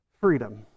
freedom